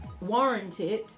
warranted